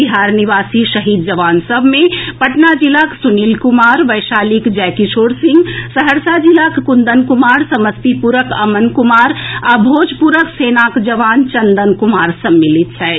बिहार निवासी शहीद जवान सभ मे पटना जिलाक सुनील कुमार वैशालीक जयकिशोर सिंह सहरसा जिलाक कुंदन कुमार समस्तीपुरक अमन कुमार आ भोजपुरक सेनाक जवान चंदन कुमार सम्मिलित छथि